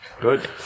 Good